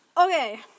Okay